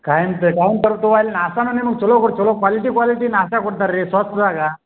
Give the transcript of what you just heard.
ಖಾಯಂ ಖಾಯಂ ತರ್ತೀವ್ ಅಲ್ಲಿ ನಾಷ್ಟಾನೂ ನಿಮಗೆ ಚೊಲೋ ಕೊಡು ಚೊಲೋ ಕ್ವಾಲಿಟಿ ಕ್ವಾಲಿಟಿ ನಾಷ್ಟಾ ಕೊಡ್ತಾರೆ ರೀ ಸ್ವಚ್ದಾಗೆ